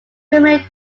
filming